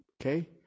Okay